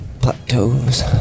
Plateaus